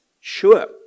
Sure